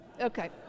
okay